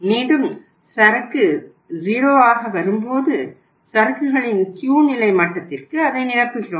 மீண்டும் சரக்கு 0 ஆக வரும்போது சரக்குகளின் Q நிலை மட்டத்திற்கு அதை நிரப்புகிறோம்